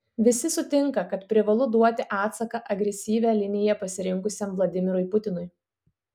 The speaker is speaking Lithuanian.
visi sutinka kad privalu duoti atsaką agresyvią liniją pasirinkusiam vladimirui putinui